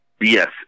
Yes